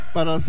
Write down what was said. Para